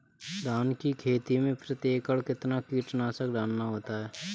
धान की खेती में प्रति एकड़ कितना कीटनाशक डालना होता है?